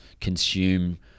consume